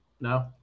No